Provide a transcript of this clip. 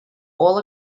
all